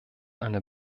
eine